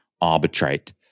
arbitrate